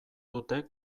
dute